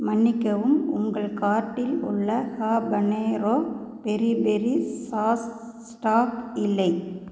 மன்னிக்கவும் உங்கள் கார்ட்டில் உள்ள habanero peri peri sauce stock இல்லை